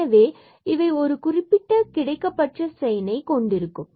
எனவே இவை ஒரு குறிப்பிட்ட கிடைக்கப்பெற்ற சைன்னை கொண்டிருக்க வேண்டும்